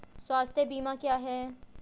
स्वास्थ्य बीमा क्या है?